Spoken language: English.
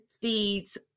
feeds